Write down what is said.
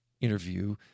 interview